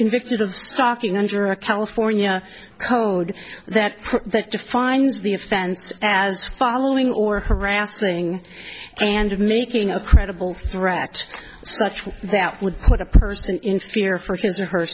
convicted of stalking under a california code that that defines the offense as following or harassing and making a credible threat such that would put a person in fear for his or her